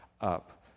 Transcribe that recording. up